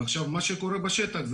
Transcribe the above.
ומה שקורה בשטח,